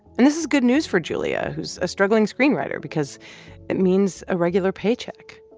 and this is good news for julia who's a struggling screenwriter because it means a regular paycheck.